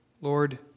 Lord